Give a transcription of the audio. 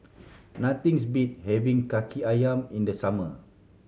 nothing's beats having Kaki Ayam in the summer